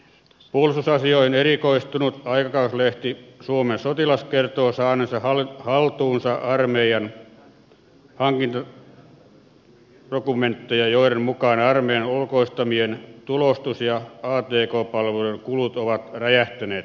puolustusasioihin erikoistunut aikakauslehti suomen sotilas kertoo saaneensa haltuunsa armeijan hankintadokumentteja joiden mukaan armeijan ulkoistamien tulostus ja atk palvelujen kulut ovat räjähtäneet käsiin